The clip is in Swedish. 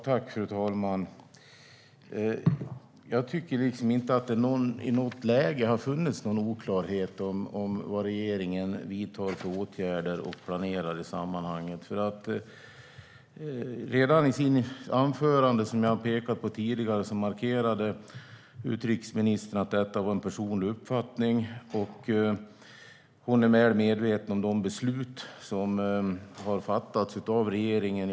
Fru talman! Jag tycker inte att det i något läge har funnits oklarhet om vilka åtgärder regeringen vidtar och planerar i sammanhanget. Som jag pekat på tidigare markerade utrikesministern redan i sitt anförande att det var en personlig uppfattning, och hon är väl medveten om de beslut som har fattats av regeringen.